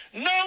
No